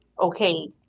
okay